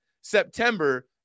September